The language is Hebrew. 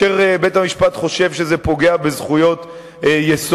כאשר בית-המשפט חושב שזה פוגע בזכויות יסוד,